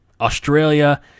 Australia